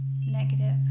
negative